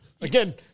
Again